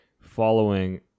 following